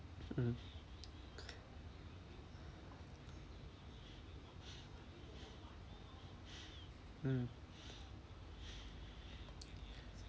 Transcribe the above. mm mm